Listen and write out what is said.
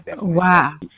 Wow